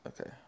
Okay